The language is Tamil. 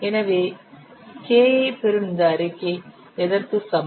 எனவே K ஐப் பெறும் இந்த அறிக்கை எதற்கு சமம்